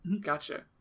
Gotcha